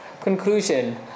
Conclusion